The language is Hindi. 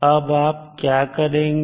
अब आप क्या करेंगे